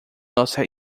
nossa